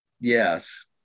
yes